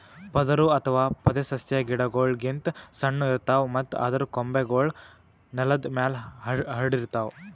ಪೊದರು ಅಥವಾ ಪೊದೆಸಸ್ಯಾ ಗಿಡಗೋಳ್ ಗಿಂತ್ ಸಣ್ಣು ಇರ್ತವ್ ಮತ್ತ್ ಅದರ್ ಕೊಂಬೆಗೂಳ್ ನೆಲದ್ ಮ್ಯಾಲ್ ಹರ್ಡಿರ್ತವ್